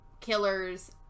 killers